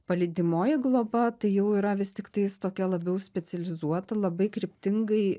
palydimoji globa jau yra vis tiktais tokia labiau specializuota labai kryptingai